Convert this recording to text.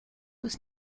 was